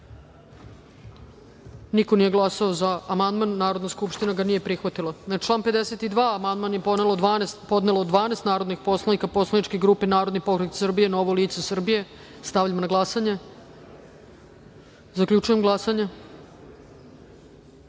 niko nije glasao za ovaj amandman. Narodna skupština ga nije prihvatila. Na član 131. amandman je podnelo 12 narodnih poslanika poslaničke grupe Narodni pokret Srbije-Novo lice Srbije. Stavljam na glasanje. Zaključujem glasanje: